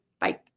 Bye